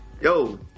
yo